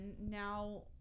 now